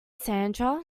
sandra